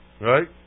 right